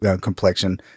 complexion